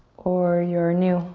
or you're new